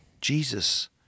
Jesus